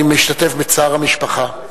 אני משתתף בצער המשפחה.